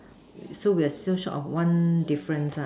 so we are still short of one difference ah